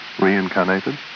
reincarnated